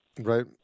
Right